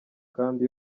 kandi